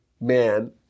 man